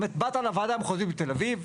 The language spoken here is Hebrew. באת לוועדה המחוזית בתל אביב,